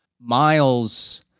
Miles